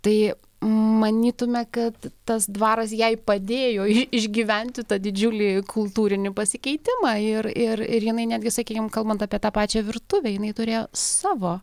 tai manytume kad tas dvaras jai padėjo iš išgyventi tą didžiulį kultūrinį pasikeitimą ir ir ir jinai netgi sakykim kalbant apie tą pačią virtuvę jinai turėjo savo